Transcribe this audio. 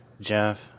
Jeff